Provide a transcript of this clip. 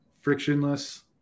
frictionless